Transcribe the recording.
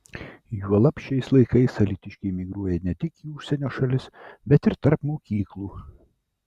juolab šiais laikais alytiškiai migruoja ne tik į užsienio šalis bet ir tarp mokyklų